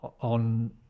on